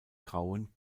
grauen